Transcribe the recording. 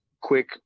quick